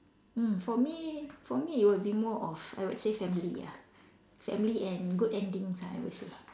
mm for me for me it will be more of I would say family ah family and good endings ah I would say